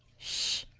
sh!